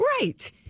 Right